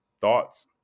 Thoughts